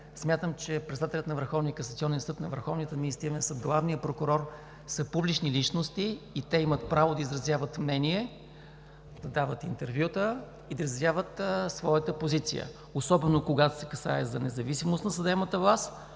административен съд, Главният прокурор са публични личности и те имат право да изразяват мнение, да дават интервюта и да изразяват своята позиция, особено когато се касае за независимост на съдебната власт,